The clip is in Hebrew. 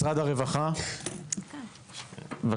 משרד הרווחה, בבקשה.